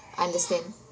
understand